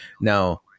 Now